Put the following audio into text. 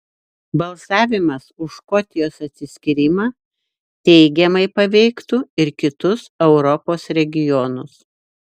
balsavimas už škotijos atsiskyrimą teigiamai paveiktų ir kitus europos regionus